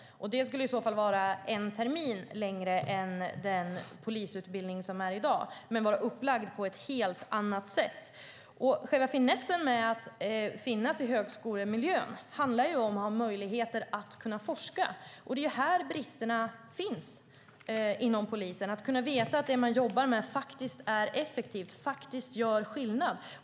Det skulle i så fall vara en termin längre än den polisutbildning som finns i dag men vara upplagd på ett helt annat sätt. Finessen med att finnas i högskolemiljö är att ha möjligheter att forska. Det är där bristerna finns inom polisen. Man ska kunna veta att det man jobbar med faktiskt är effektivt och gör skillnad.